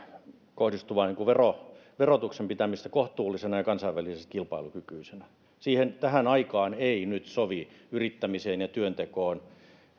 kohdistuvan verotuksen pitämistä kohtuullisena ja kansainvälisesti kilpailukykyisenä tähän aikaan eivät nyt sovi yrittämiseen ja työntekoon